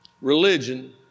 religion